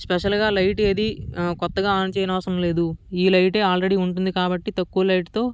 స్పెషలుగా light ఏది కొత్తగా on చేయవలసిన అవసరము లేదు ఈ లైట్ ఆల్రెడీ ఉంటుంది కాబట్టి తక్కువ లైటుతో